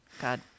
God